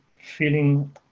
feeling